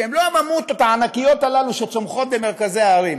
שהם לא הממותות הענקיות הללו שצומחות במרכזי הערים,